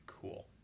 cool